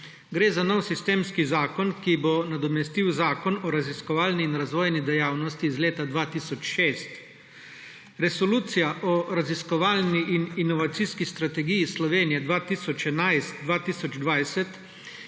Gre za nov sistemski zakon, ki bo nadomestil Zakon o raziskovalni in razvojni dejavnosti iz leta 2006. Resolucija o raziskovalni in inovacijski strategije Slovenije 2011–2020